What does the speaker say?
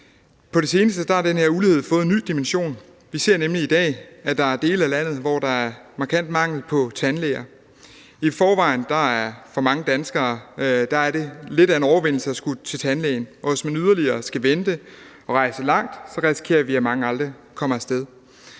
På det seneste har den her ulighed fået en ny dimension. Vi ser nemlig i dag, at der er dele af landet, hvor der er markant mangel på tandlæger. I forvejen er det for mange danskere lidt af en overvindelse at skulle til tandlægen, og hvis man yderligere skal vente længe og rejse langt, risikerer vi, at mange aldrig kommer af sted.